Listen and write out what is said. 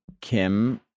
Kim